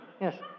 Yes